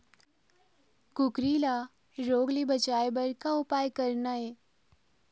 कुकरी ला रोग ले बचाए बर का उपाय करना ये?